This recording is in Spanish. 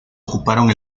ocuparon